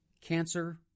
cancer